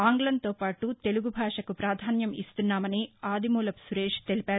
ఆంగ్లంతోపాటు తెలుగు భాషకు ప్రాధాన్యం ఇస్తున్నామని ఆదిమూలపు సురేష్ తెలిపారు